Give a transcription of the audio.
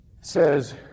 says